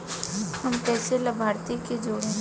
हम कइसे लाभार्थी के जोड़ी?